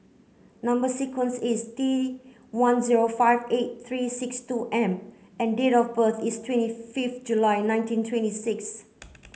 number sequence is T one zero five eight three six two M and date of birth is twenty fifth July nineteen twenty six